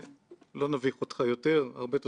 לא לוותר, ממש לא לוותר.